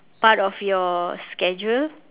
part of your schedule